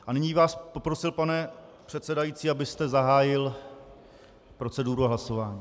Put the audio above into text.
A nyní bych vás poprosil, pane předsedající, abyste zahájil proceduru hlasování.